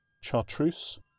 chartreuse